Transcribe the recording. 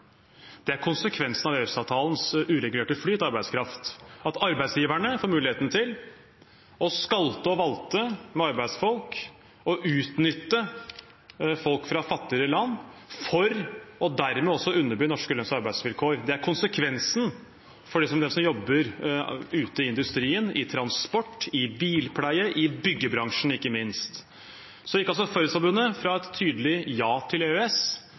Det er konsekvensene av EØS-avtalens uregulerte flyt av arbeidskraft, at arbeidsgiverne får muligheten til å skalte og valte med arbeidsfolk og utnytte folk fra fattigere land for dermed også å underby norske lønns- og arbeidsvilkår. Det er konsekvensene for dem som jobber ute i industrien, i transport, i bilpleie og ikke minst i byggebransjen. Fellesforbundet gikk fra et tydelig ja til EØS